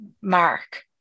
mark